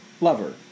lover